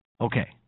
Okay